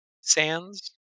Sands